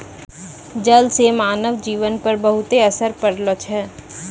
जल से मानव जीवन पर बहुते असर पड़लो छै